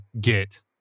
get